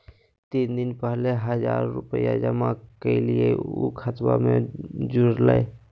तीन दिन पहले हजार रूपा जमा कैलिये, ऊ खतबा में जुरले?